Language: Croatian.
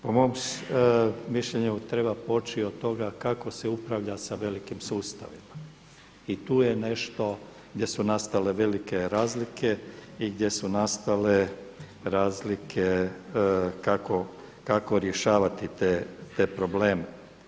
Po mom mišljenju treba poći od toga kako se upravlja sa velikim sustavima i tu je nešto gdje su nastale velike razlike i gdje su nastale razlike kako rješavati te probleme.